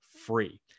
free